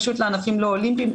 פשוט לענפים לא אולימפיים.